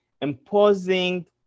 imposing